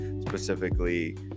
specifically